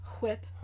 Whip